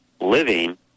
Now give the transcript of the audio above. living